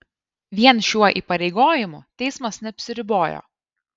vien šiuo įpareigojimu teismas neapsiribojo